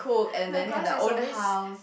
the grass is always